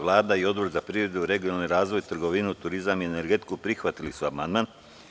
Vlada i Odbor za privredu, regionalni razvoj, trgovinu, turizam i energetiku prihvatili su amandman.